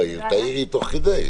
לתוך המערכת פנימה,